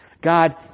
God